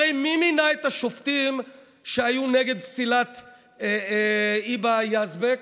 הרי מי מינה את השופטים שהיו נגד פסילת היבה יזבק?